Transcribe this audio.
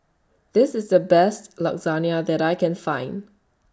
This IS The Best Lasagna that I Can Find